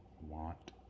want